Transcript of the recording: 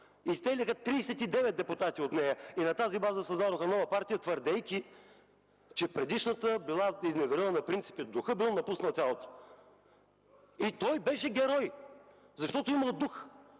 изтеглиха 39 депутати от нея и на тази база създадоха нова партия, твърдейки, че предишната била изневерила на принципите – духът бил напуснал тялото! И той беше герой, защото имал дух!